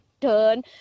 turn